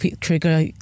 trigger